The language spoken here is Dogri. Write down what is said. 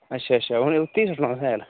अच्छा अच्छा उत्थै ई सु'ट्टना हैल